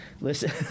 Listen